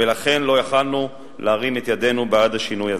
ולכן לא יכולנו להרים את ידנו בעד השינוי הזה.